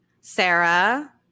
Sarah